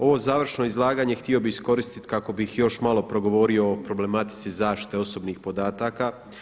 Ovo završno izlaganje htio bih iskoristiti kako bih još malo progovorio o problematici zaštite osobnih podataka.